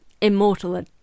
immortal